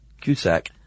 cusack